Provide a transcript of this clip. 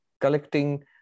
Collecting